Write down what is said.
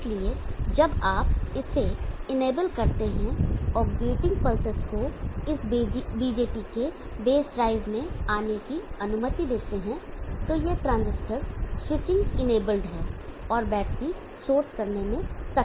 इसलिए जब आप इसे इनेबल करते हैं और गेटिंग पल्सेस को इस BJT के बेस ड्राइव में आने की अनुमति देते हैं तो यह ट्रांजिस्टर स्विचिंग इनेबल्ड है और बैटरी सोर्स करने में सक्षम होती है